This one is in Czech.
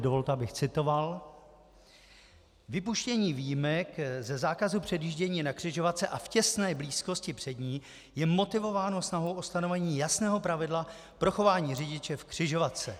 Dovolte, abych citoval: Vypuštění výjimek ze zákazu předjíždění na křižovatce a v těsné blízkosti před ní je motivováno snahou ustanovení jasného pravidla pro chování řidiče v křižovatce.